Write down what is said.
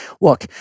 Look